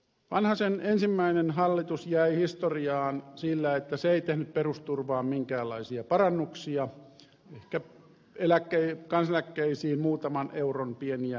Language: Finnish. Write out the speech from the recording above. vanhasen ensimmäinen hallitus jäi historiaan sillä että se ei tehnyt perusturvaan minkäänlaisia parannuksia ehkä kansaneläkkeisiin muutaman euron pieniä korotuksia